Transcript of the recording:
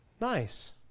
Nice